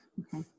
okay